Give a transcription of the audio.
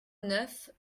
neuf